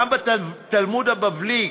גם בתלמוד הבבלי,